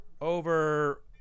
over